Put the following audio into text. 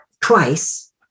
twice